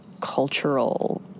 cultural